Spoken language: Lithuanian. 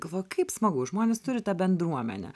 galvoju kaip smagu žmonės turi tą bendruomenę